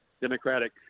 Democratic